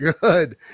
good